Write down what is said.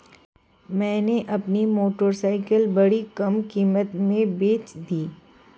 मैंने अपनी मोटरसाइकिल बड़ी कम कीमत में बेंच दी